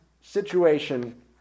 situation